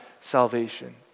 salvation